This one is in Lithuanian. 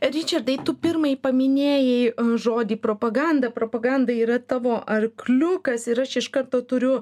ričardai tu pirmai paminėjai žodį propaganda propaganda yra tavo arkliukas ir aš iš karto turiu